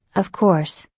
of course,